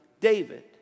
David